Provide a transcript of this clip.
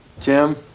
Jim